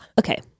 Okay